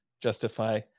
justify